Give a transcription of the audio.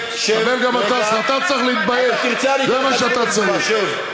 אתה צריך להתבייש, זה מה שאתה צריך.